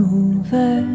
over